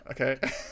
okay